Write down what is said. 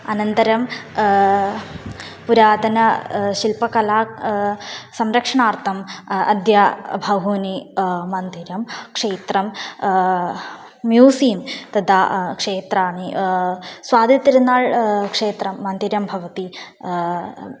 अनन्तरं पुरातन शिल्पकला संरक्षणार्थम् अद्य बहूनि मन्दिरं क्षेत्रं म्यूसियं तदा क्षेत्राणि स्वाति तिरुनाळ् क्षेत्रं मन्दिरं भवति